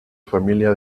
familia